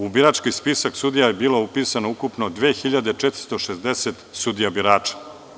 U birački spisak sudija je bilo upisano ukupno 2.460 sudija birača.